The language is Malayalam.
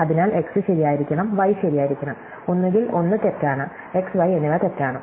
അതിനാൽ x ശരിയായിരിക്കണം y ശരിയായിരിക്കണം ഒന്നുകിൽ ഒന്ന് തെറ്റാണ് x y എന്നിവ തെറ്റാണ്